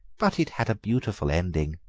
but it had a beautiful ending.